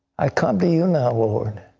i come to you now o lord.